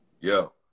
Yo